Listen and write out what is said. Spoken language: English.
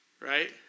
right